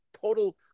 total